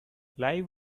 live